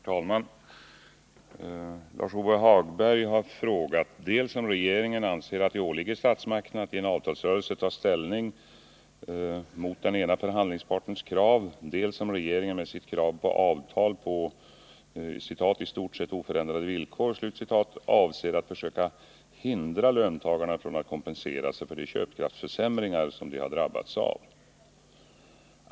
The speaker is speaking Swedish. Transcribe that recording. Herr talman! Lars-Ove Hagberg har frågat dels om regeringen anser att det åligger statsmakterna att i en avtalsrörelse ta ställning mot den ena förhandlingspartens krav, dels om regeringen med sitt krav på avtal på ”i stort sett oförändrade villkor” avser att försöka hindra löntagarna från att kompensera sig för de köpkraftsförsämringar som de har drabbats av.